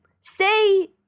Say